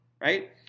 right